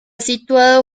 situado